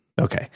Okay